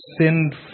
sinned